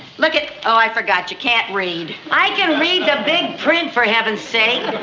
look. oh, i forgot. you can't read. i can read the big print, for heaven's sake.